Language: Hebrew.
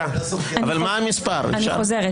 למה אתה עונה להם?